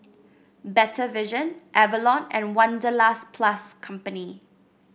Better Vision Avalon and Wanderlust Plus Company